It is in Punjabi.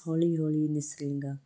ਹੌਲੀ ਹੌਲੀ ਨਿਸਰੇਂਗਾ